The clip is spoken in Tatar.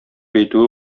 әйтүе